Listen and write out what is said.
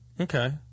Okay